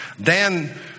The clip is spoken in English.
Dan